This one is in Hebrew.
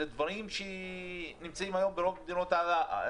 אלה דברים שנמצאים היום ברוב מדינות העולם.